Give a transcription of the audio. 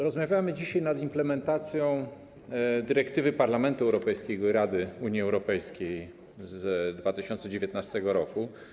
Rozmawiamy dzisiaj o implementacji dyrektywy Parlamentu Europejskiego i Rady Unii Europejskiej z 2019 r.